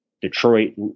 Detroit